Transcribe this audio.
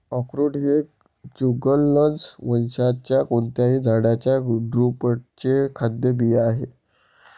अक्रोड हे जुगलन्स वंशाच्या कोणत्याही झाडाच्या ड्रुपचे खाद्य बिया आहेत